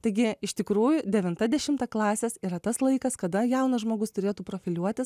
taigi iš tikrųjų devinta dešimta klasės yra tas laikas kada jaunas žmogus turėtų profiliuotis